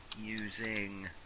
using